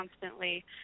constantly